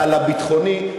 הביטחוני,